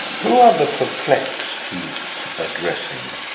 who are the perplexed he's addressing?